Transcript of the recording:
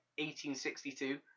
1862